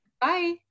Bye